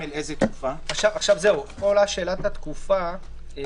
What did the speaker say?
פה עולת שאלת התקופה.